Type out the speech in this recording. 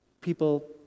People